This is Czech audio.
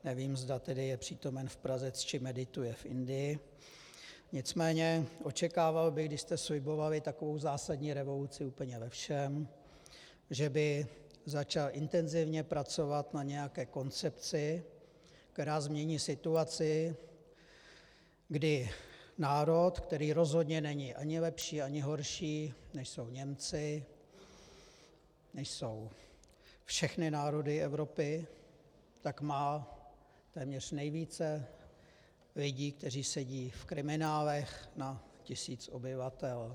Nevím, zda tedy je přítomen v Praze či medituje v Indii, nicméně očekával bych, když jste slibovali takovou zásadní revoluci úplně ve všem, že by začal intenzivně pracovat na nějaké koncepci, která změní situaci, kdy národ, který rozhodně není ani lepší ani horší, než jsou Němci, než jsou všechny národy Evropy, tak má téměř nejvíce lidí, kteří sedí v kriminálech na tisíc obyvatel.